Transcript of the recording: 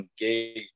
engage